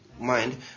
mind